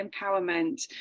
empowerment